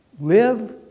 live